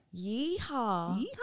Yeehaw